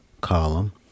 column